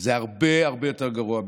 זה הרבה הרבה יותר גרוע מזה.